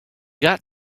got